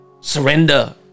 Surrender